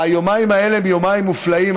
היומיים האלה הם יומיים מופלאים,